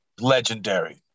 legendary